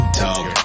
talk